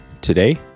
today